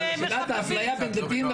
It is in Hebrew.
אנחנו כיהודים נאסר עלינו לקיים את הפולחן הזה,